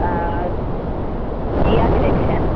किया क्रिरेशन